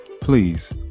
please